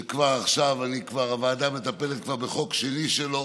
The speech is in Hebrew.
שכבר עכשיו הוועדה מטפלת בחוק שני שלו